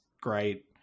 great